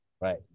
Right